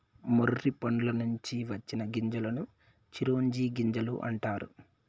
మొర్రి పండ్ల నుంచి వచ్చిన గింజలను చిరోంజి గింజలు అంటారు